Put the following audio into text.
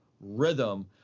rhythm